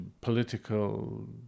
political